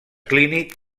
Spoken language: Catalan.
clínic